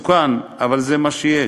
מסוכן, אבל זה מה שיש.